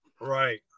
right